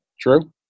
True